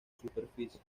superficie